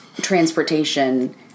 transportation